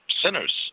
sinners